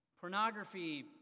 Pornography